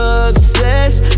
obsessed